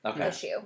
issue